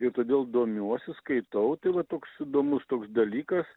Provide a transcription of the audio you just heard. ir todėl domiuosi skaitau tai va toks įdomus toks dalykas